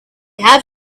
have